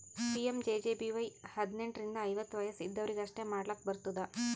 PMJJBY ಹದ್ನೆಂಟ್ ರಿಂದ ಐವತ್ತ ವಯಸ್ ಇದ್ದವ್ರಿಗಿ ಅಷ್ಟೇ ಮಾಡ್ಲಾಕ್ ಬರ್ತುದ